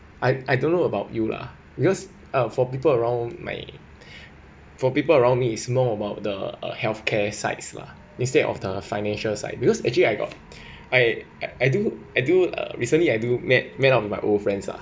I I don't know about you lah because ah for people around my for people around me is more about the uh healthcare sides lah instead of the financial side because actually I got I I do I do uh recently I do met met my old friends ah